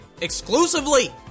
exclusively